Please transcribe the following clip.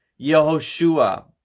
Yehoshua